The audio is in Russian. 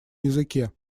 языке